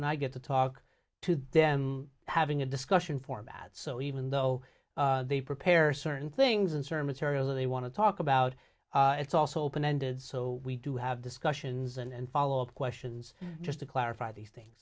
and i get to talk to them having a discussion format so even though they prepare certain things and sermons areas and they want to talk about it's also open ended so we do have discussions and follow up questions just to clarify these things